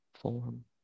form